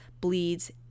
bleeds